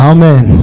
Amen